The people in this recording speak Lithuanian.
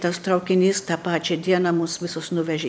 tas traukinys tą pačią dieną mus visus nuvežė